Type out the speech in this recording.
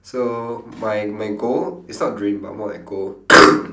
so my my goal is not dream but more like goal